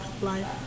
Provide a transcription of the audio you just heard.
life